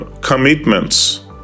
commitments